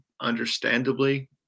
understandably